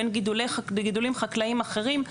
בין גידולים חקלאיים אחרים,